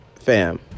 fam